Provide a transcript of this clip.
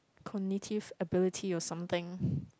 cognitive ability or something